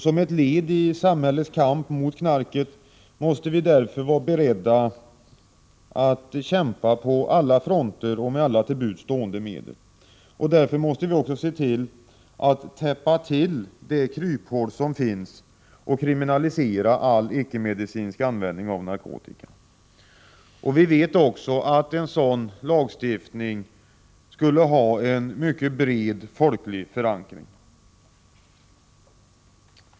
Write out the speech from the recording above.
Som ett led i samhällets kamp mot knarket måste vi därför vara beredda att kämpa mot knarket på alla fronter och med alla till buds stående medel. Därför måste vi se till att täppa till det kryphål som finns och kriminalisera all icke-medicinsk användning av narkotika. Vi vet också att en sådan lagstiftning skulle ha en mycket bred folklig förankring.